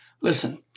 Listen